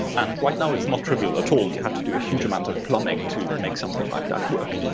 and right now it's not trivial at all. you have to do a huge amount of plumbing to make something like that work.